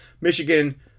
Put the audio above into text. Michigan